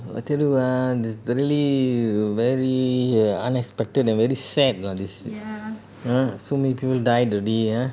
I tell you ah very very unexpected and very sad lah this you know so many people died already ah